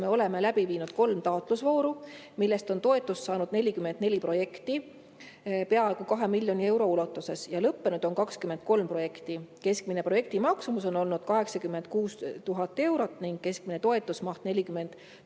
me oleme läbi viinud kolm taotlusvooru, mille [raames] on toetust saanud 44 projekti peaaegu 2 miljoni euro ulatuses. Lõppenud on 23 projekti. Keskmine projekti maksumus on olnud 86 000 eurot ning keskmine toetusmaht 40